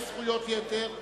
לך יש זכויות יתר,